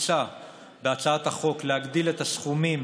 מוצע בהצעת החוק להגדיל את הסכומים